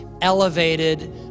elevated